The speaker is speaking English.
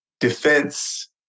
defense